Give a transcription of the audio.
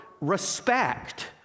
respect